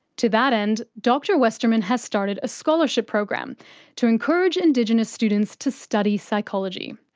to that end, dr westerman has started a scholarship program to encourage indigenous students to study psychology.